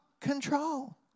Control